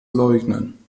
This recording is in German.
leugnen